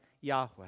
Yahweh